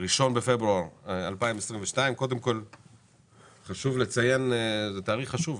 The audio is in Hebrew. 1 בפברואר 2022. 1 בפברואר זה תאריך חשוב,